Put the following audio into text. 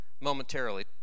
momentarily